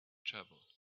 travel